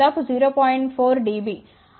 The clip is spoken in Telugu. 4 dB